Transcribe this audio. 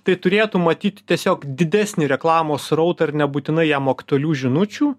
tai turėtų matyti tiesiog didesnį reklamos srautą ir nebūtinai jam aktualių žinučių